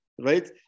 right